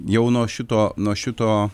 jau nuo šito nuo šito